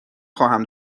خواهم